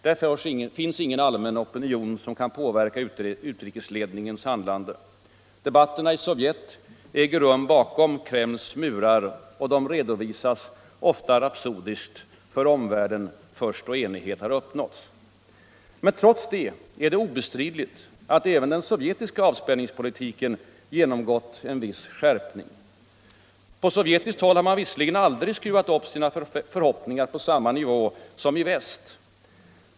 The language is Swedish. Där finns ingen allmän opinion som kan påverka utrikesledningens handlande. Debatterna i Sovjet äger rum bakom Kremis murar. Och de redovisas — ofta rapsodiskt — för omvärlden först då enighet har uppnåtts. Men trots det är det obestridligt att även den sovjetiska avspänningsattityden genomgått en viss skärpning. På sovjetiskt håll har man visserligen aldrig skruvat upp sina förhoppningar till samma nivå som man har gjort i väst.